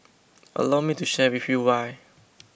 allow me to share with you why